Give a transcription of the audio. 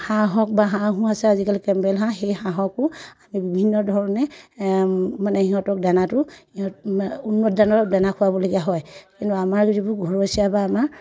হাঁহ হওক বা হাঁহো আছে আজিকালি কেম্বেল হাঁহ সেই হাঁহকো আমি বিভিন্ন ধৰণে মানে সিহঁতক দানাটো ইমান উন্নত মানৰ দানা খোৱাবলগীয়া হয় কিন্তু আমাৰ যিবোৰ ঘৰচীয়া বা আমাৰ